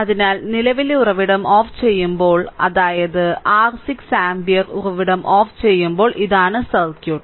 അതിനാൽ നിലവിലെ ഉറവിടം ഓഫുചെയ്യുമ്പോൾ അതായത് r 6 ആമ്പിയർ ഉറവിടം ഓഫുചെയ്യുമ്പോൾ ഇതാണ് സർക്യൂട്ട്